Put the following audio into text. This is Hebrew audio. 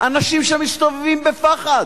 אנשים שמסתובבים בפחד.